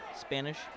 Spanish